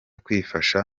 kwifasha